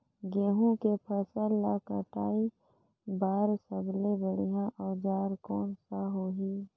गहूं के फसल ला कटाई बार सबले बढ़िया औजार कोन सा होही?